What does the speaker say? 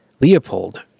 Leopold